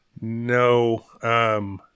No